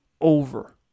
over